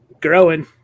Growing